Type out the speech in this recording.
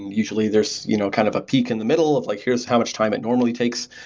usually, there's you know kind of a peak in the middle of like, here's how much time it normally takes,